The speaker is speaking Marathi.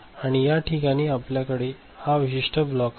आणि या ठिकाणी आपल्याकडे हा विशिष्ट ब्लॉक आहे